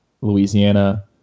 Louisiana